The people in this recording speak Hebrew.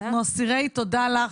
אנחנו אסירי תודה לך,